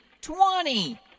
twenty